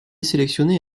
sélectionné